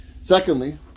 secondly